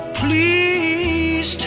please